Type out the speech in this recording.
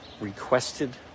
requested